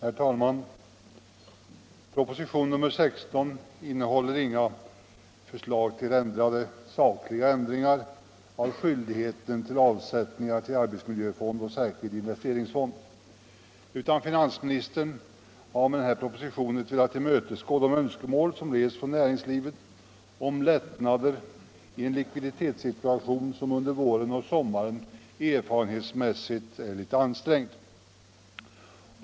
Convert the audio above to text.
Herr talman! Propositionen 16 innehåller inga förslag till sakliga ändringar av skyldigheten till avsättningar till arbetsmiljöfond och särskild investeringsfond, utan finansministern har med den propositionen velat tillmötesgå de önskemål som rests från näringslivet om lättnader i en likviditetssituation som under våren och sommaren erfarenhetsmässigt är litet ansträngd.